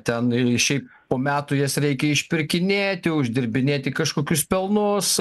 ten šiaip po metų jas reikia išpirkinėti uždirbinėti kažkokius pelnus